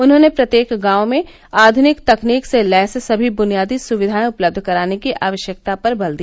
उन्होंने प्रत्येक गांव में आधुनिक तकनीक से लैस समी बुनियादी सुविधाएं उपलब्ध कराने की आवश्यकता पर बल दिया